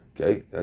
Okay